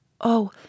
Oh